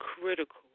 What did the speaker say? critical